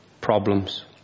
problems